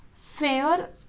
fair